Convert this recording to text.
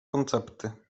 koncepty